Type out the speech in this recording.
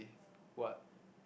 what